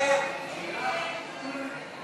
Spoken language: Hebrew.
מסדר-היום את